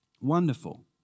Wonderful